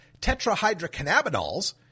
tetrahydrocannabinols